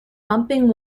bumping